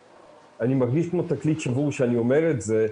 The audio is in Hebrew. אני מרגיש כמו תקליט שבור כשאני אומר את זה,